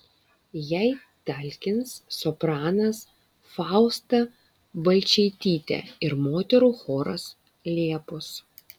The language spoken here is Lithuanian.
jai talkins sopranas fausta balčaitytė ir moterų choras liepos